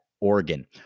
Oregon